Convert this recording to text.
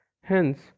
Hence